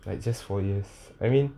like just four years I mean